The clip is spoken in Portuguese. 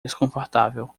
desconfortável